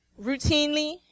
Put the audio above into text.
Routinely